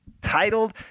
titled